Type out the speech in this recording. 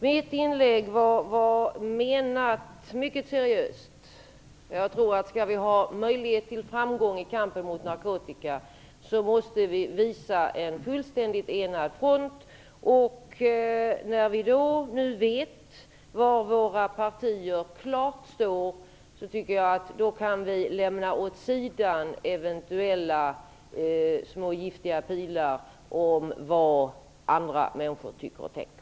Herr talman! Mitt inlägg var mycket seriöst menat. Om vi skall nå framgång i kampen mot narkotika måste vi bilda en fullständigt enad front. När vi nu vet var våra partier står tycker jag att vi kan lämna åt sidan eventuella små giftiga pilar om vad andra människor tycker och tänker.